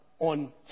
on